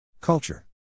Culture